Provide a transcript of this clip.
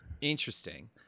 Interesting